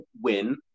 win